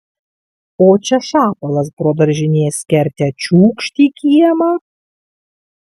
o čia šapalas pro daržinės kertę čiūkšt į kiemą